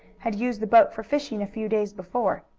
had used the boat for fishing a few days before.